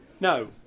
No